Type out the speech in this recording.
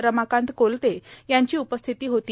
रमाकांत कोलते यांची उपस्थिती होती